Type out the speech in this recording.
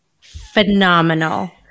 phenomenal